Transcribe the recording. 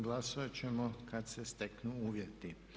Glasovat ćemo kad se steknu uvjeti.